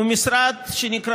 הוא משרד שנקרא